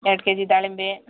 ಎರಡು ಕೆಜಿ ದಾಳಿಂಬೆ